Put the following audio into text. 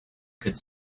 could